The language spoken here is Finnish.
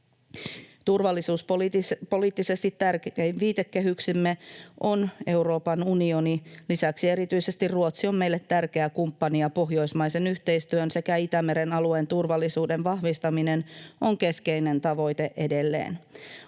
Turvallisuuspoliittisesti tärkein viitekehyksemme on Euroopan unioni. Lisäksi erityisesti Ruotsi on meille tärkeä kumppani, ja pohjoismaisen yhteistyön sekä Itämeren alueen turvallisuuden vahvistaminen on keskeinen tavoite edelleen.